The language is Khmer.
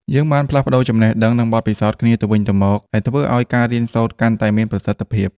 យើងបានផ្លាស់ប្តូរចំណេះដឹង និងបទពិសោធន៍គ្នាទៅវិញទៅមកដែលធ្វើឲ្យការរៀនសូត្រកាន់តែមានប្រសិទ្ធភាព។